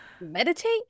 Meditate